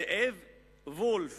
זאב וולף